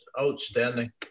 outstanding